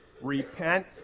repent